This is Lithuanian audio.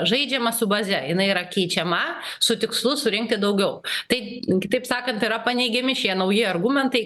žaidžiama su baze jinai yra keičiama su tikslu surinkti daugiau tai kitaip sakant yra paneigiami šie nauji argumentai